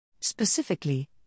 Specifically